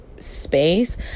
space